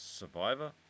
Survivor